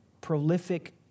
prolific